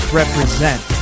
represent